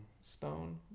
Stone